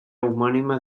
homònima